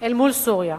אל מול סוריה.